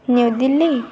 new Delhi